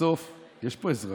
בסוף יש פה אזרחים.